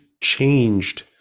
changed